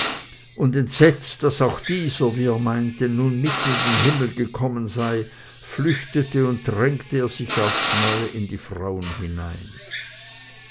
und entsetzt daß auch dieser wie er meinte mit in den himmel gekommen sei flüchtete und drängte er sich aufs neue in die frauen hinein